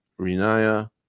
Rinaya